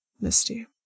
Misty